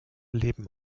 leben